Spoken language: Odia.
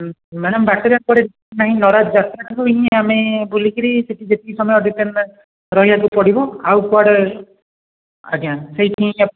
ହୁଁ ମ୍ୟାଡ଼ମ୍ ବାଟରେ ଆଉ କୁଆଡ଼େ କିଛି ନାହିଁ ନରାଜ ଯାତ୍ରାକୁ ହିଁ ଆମେ ବୁଲିକରି ସେଠି ଯେତିକି ସମୟ ରହିଆକୁ ପଡ଼ିବ ଆଉ କୁଆଡ଼େ ଆଜ୍ଞା ସେଇଠି ହିଁ